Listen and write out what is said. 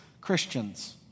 Christians